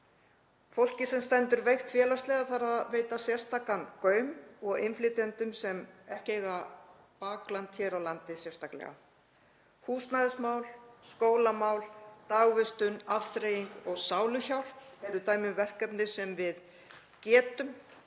Fólki sem stendur veikt félagslega þarf að veita sérstakan gaum og innflytjendum sem ekki eiga bakland hér á landi sérstaklega. Húsnæðismál, skólamál, dagvistun, afþreying og sáluhjálp eru dæmi um verkefni sem við getum